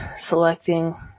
selecting